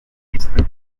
blizny